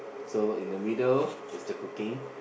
so in the middle is the cooking